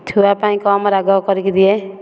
ଛୁଆ ପାଇଁ କମ୍ ରାଗ କରିକି ଦିଏ